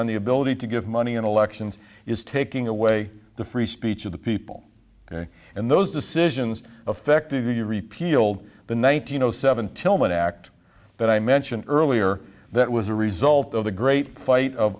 on the ability to give money in elections is taking away the free speech of the people ok and those decisions affected the repealed the nineteen zero seven tillman act that i mentioned earlier that was a result of the great fight of